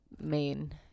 main